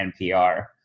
NPR